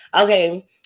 Okay